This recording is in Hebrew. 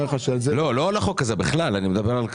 לא על החוק הזה, אני מדבר בכלל.